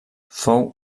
fou